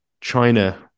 China